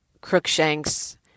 Crookshanks